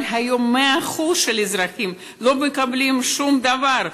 אבל היום 100% של האזרחים לא מקבלים שום דבר,